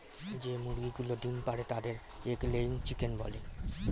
যে মুরগিগুলো ডিম পাড়ে তাদের এগ লেয়িং চিকেন বলে